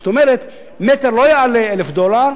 זאת אומרת, מטר לא יעלה 1,000 דולר.